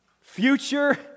future